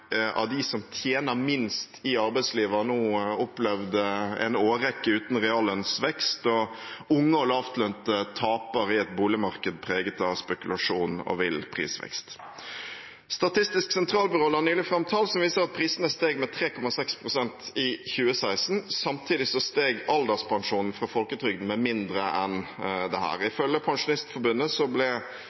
av dem som tjener minst i arbeidslivet, har nå opplevd en årrekke uten reallønnsvekst, og unge og lavtlønnede taper i et boligmarked preget av spekulasjon og vill prisvekst. Statistisk sentralbyrå la nylig fram tall som viser at prisene steg med 3,6 pst. i 2016. Samtidig steg alderspensjonen fra folketrygden med mindre enn dette. Ifølge Pensjonistforbundet ble